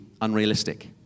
unrealistic